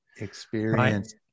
Experience